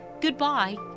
Goodbye